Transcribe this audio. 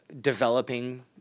developing